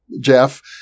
Jeff